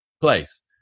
place